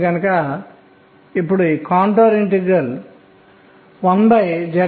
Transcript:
కాబట్టి ఇప్పుడు మనకు వేరుగా ఏమి ఉందో చూద్దాం